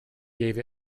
gave